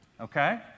Okay